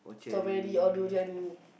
strawberry or durian